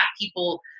people